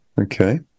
Okay